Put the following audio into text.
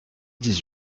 dix